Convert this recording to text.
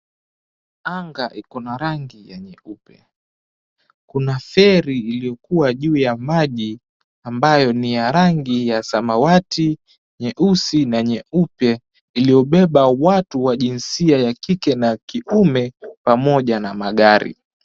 Anga iko na rangi ya nyeupe. Kuna feri iliyokuwa juu ya maji ambayo ni ya rangi ya samawati, nyeusi, na nyeupe, iliyobeba watu wa jinsia ya kike na kiume, pamoja na magari.